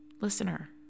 listener